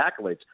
accolades